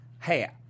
hey